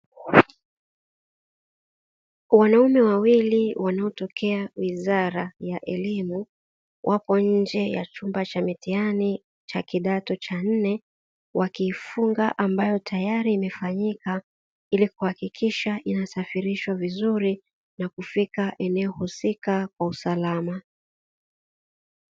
Wanaume wawili wanaotokea wizara ya elimu wapo nje ya chumba cha mitihani ya kidato cha nne, wakifunga ambayo tayari imefanyika kuhakikisha inasafirishwa vizuri na kufika eneo husika kwa usalama.